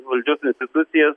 valdžios institucijas